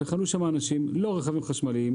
וחנו שם אנשים שהם לא בעלי רכבים חשמליים.